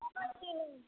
अबै छी